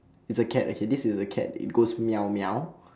it's a cat okay this is a cat it goes meow meow